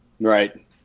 Right